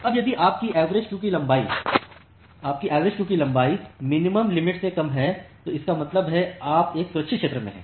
अब यदि आपकी एवरेज क्यू की लंबाई मिनिमम लिमिट से कम है इसका मतलब है आप एक सुरक्षित क्षेत्र में हैं